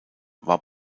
war